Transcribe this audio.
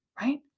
right